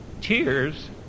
tears